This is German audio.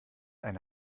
eine